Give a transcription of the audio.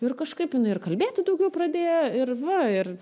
ir kažkaip jinai ir kalbėti daugiau pradėjo ir va ir